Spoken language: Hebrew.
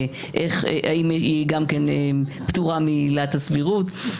אם גם היא פטורה מעילת הסבירות,